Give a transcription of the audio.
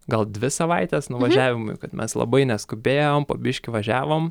gal dvi savaites nuvažiavimui kad mes labai neskubėjom po biškį važiavom